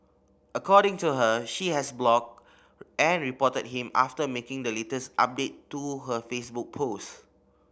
according to her she has blocked and reported him after making the latest update to her Facebook post